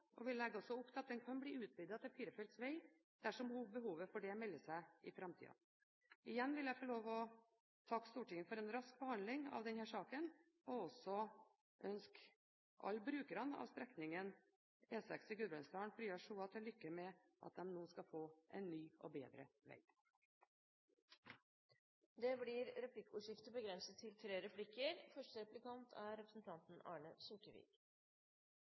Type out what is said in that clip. og vi legger opp til at den kan bli utvidet til firefelts veg dersom behovet for det melder seg i framtiden. Jeg vil få lov til å takke Stortinget for en rask behandling av denne saken, og vil ønske alle brukerne av strekningen E6 i Gudbrandsdalen, Frya–Sjoa, til lykke med at de nå skal få en ny og bedre veg. Det blir replikkordskifte. Jeg gjentar for sikkerhets skyld: Fremskrittspartiet er